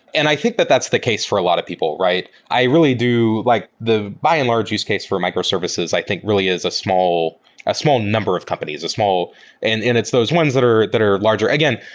and i think that that's the case for a lot of people, right? i really do like the by and large use case for microservices i think really is a small number of companies, a small and and it's those ones that are that are larger. again,